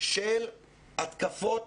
של התקפות